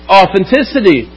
authenticity